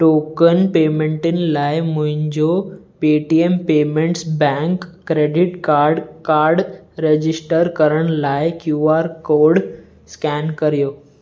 token पेमेंटीनि लाइ मुंहिंजो Paytm payments bank credit card card register करण लाइ क्यू आर कोड स्कैन करियो